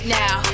now